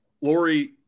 Lori